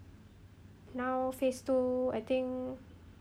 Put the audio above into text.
now phase two I think